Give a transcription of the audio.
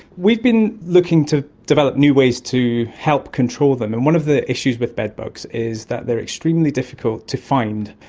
we've been looking to develop new ways to help control them, and one of the issues with bedbugs is that they are extremely difficult to find.